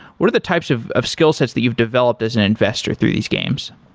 what are the types of of skillsets that you've developed as an investor through these games?